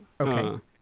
Okay